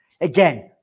Again